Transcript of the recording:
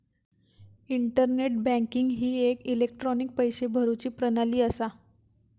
internet banking ही एक electronic पैशे भरुची प्रणाली असा